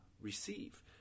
receive